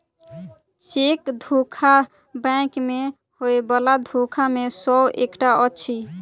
cheque धोखा bank मे होयबला धोखा मे सॅ एकटा अछि